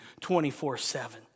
24-7